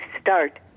start